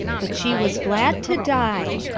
but she was glad to die,